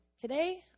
today